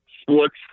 sports